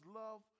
love